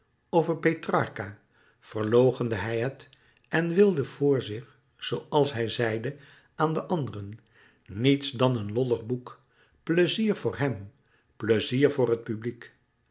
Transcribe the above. over petrarca verloochende hij het en wilde voor zich zooals hij zeide aan de anderen niets dan een lollig boek pleizier voor hem pleizier voor het publiek